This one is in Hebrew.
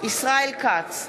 ישראל כץ,